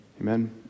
Amen